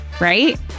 right